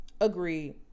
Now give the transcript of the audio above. Agreed